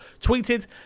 tweeted